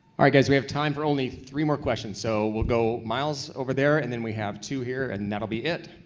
ah guys we have time for only three more questions, so we'll go miles over there and then we have two here and that'll be it.